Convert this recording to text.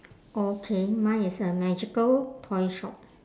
okay mine is a magical toy shop